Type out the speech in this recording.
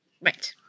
right